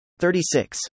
36